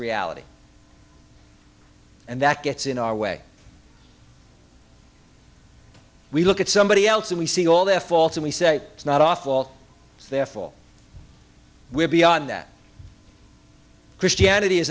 reality and that gets in our way we look at somebody else and we see all their faults and we say it's not awful therefore we're beyond that christianity